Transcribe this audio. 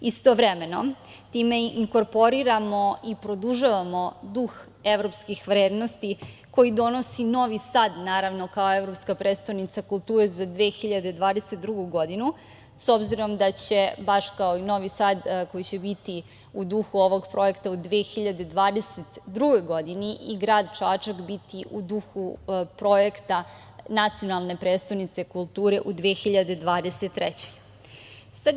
Istovremeno, time inkorporiramo i produžavamo duh evropskih vrednosti koji donosi Novi Sad kao evropska prestonica kulture za 2022. godinu, s obzirom da će, baš kao i Novi Sad, koji će biti u duhu ovog projekta, u 2022. godini i grad Čačak biti u duhu projekta nacionalne prestonice kulture u 2023. godini.